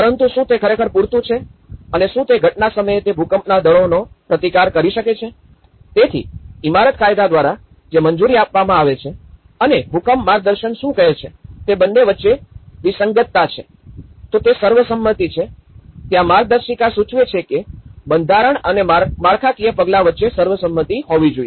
પરંતુ શું તે ખરેખર પૂરતું છે અને શું તે ઘટના સમયે તે ભૂકંપના દળનો પ્રતિકાર કરી શકે છે તેથી ઇમારત કાયદા દ્વારા જે મંજૂરી આપવામાં આવે છે અને ભૂકંપ માર્ગદર્શન શું કહે છે તે બંને વચ્ચે વિસંગતતા છે તો ત્યાં સર્વસંમતિ છે ત્યાં માર્ગદર્શિકા સૂચવે છે કે બંધારણ અને માળખાકીય પગલાં વચ્ચે સર્વસંમતિ હોવી જોઈએ